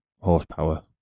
horsepower